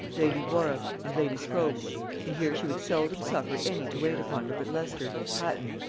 lady warwick, and lady scrope and here she would seldom suffer any to wait upon her but leicester, hatton,